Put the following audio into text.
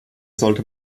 sollte